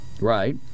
Right